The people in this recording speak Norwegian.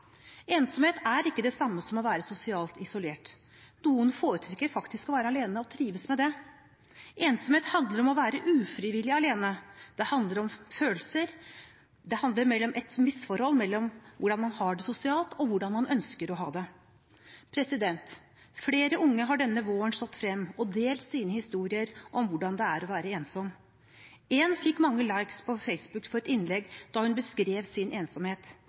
Ensomhet er ikke det samme som å være sosialt isolert. Noen foretrekker faktisk å være alene – og trives med det. Ensomhet handler om å være ufrivillig alene, det handler om følelser, det handler mer om et misforhold mellom hvordan man har det sosialt, og hvordan man ønsker å ha det. Flere unge har denne våren stått frem og delt sine historier om hvordan det er å være ensom. Én fikk mange «likes» på Facebook for et innlegg da hun beskrev sin ensomhet.